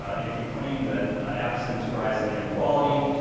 ah if you claim that absent rising inequality,